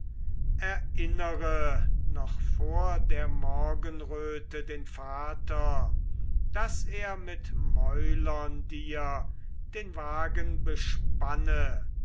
erinnere noch vor der morgenröte den vater daß er mit mäulern dir den wagen bespanne